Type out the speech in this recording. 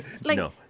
No